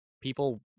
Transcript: people